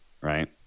right